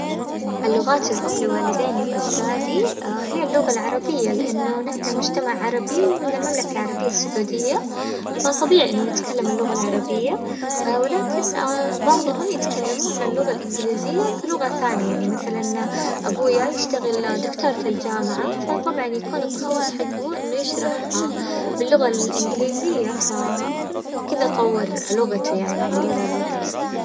اللغات الأم لوالديني وأجدادي هي اللغة العربية، لأنه نحنا مجتمع عربي ومن المملكة العربية السعودية، فطبيعي إنه نتكلم اللغة العربية، ولكن بعظهم يتكلمون اللغة الإنجليزية كلغة ثانية، يعني مثلاً أبوية يشتغل دكتور في الجامعة فطبعاً يكون التخصص حقه إنه يشرح باللغة الإنجليزية، فكذا طور لغته يعني مع مرور الوقت.